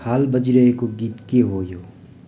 हाल बजिरहेको गीत के हो यो